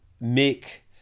make